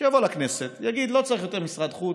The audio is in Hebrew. שיבוא לכנסת ויגיד: לא צריך יותר משרד חוץ.